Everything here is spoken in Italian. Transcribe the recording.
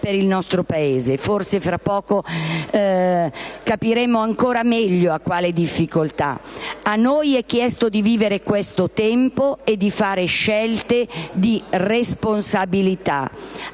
A noi è chiesto di vivere questo tempo e di fare scelte di responsabilità,